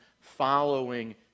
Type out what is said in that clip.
following